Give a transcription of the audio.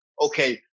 okay